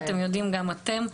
אתם יודעים גם אתם,